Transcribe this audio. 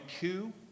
two